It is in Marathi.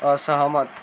असहमत